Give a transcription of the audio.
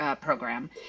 program